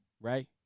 right